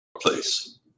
place